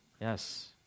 Yes